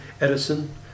Edison